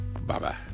Bye-bye